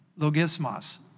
Logismos